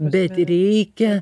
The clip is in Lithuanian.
bet reikia